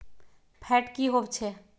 Fat की होवछै?